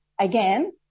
again